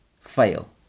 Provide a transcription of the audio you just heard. fail